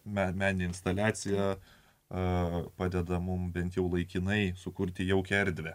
meninė instaliacija a padeda mums bent jau laikinai sukurti jaukią erdvę